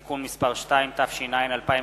(תיקון מס' 2), התש"ע 2009,